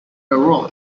baron